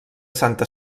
santa